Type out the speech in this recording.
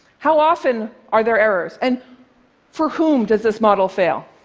how often are there errors, and for whom does this model fail?